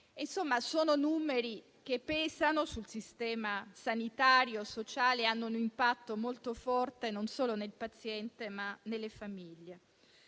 disponiamo. Sono numeri che pesano sul sistema sanitario e sociale e hanno un impatto molto forte non solo sul paziente, ma sulle famiglie.